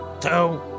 two